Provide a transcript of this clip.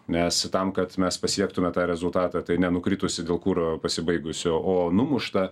nes tam kad mes pasiektume tą rezultatą tai ne nukritusį dėl kuro pasibaigusio o numuštą